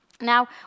Now